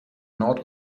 nord